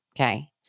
okay